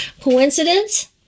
Coincidence